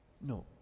No